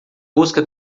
busca